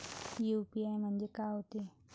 UPI म्हणजे का होते?